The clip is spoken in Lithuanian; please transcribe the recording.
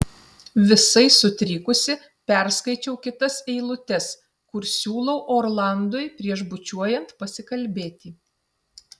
visai sutrikusi perskaičiau kitas eilutes kur siūlau orlandui prieš bučiuojant pasikalbėti